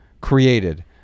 created